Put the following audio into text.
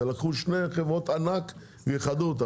לקחו שתי חברות ענק ואיחדו אותן.